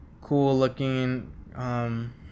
cool-looking